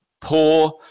poor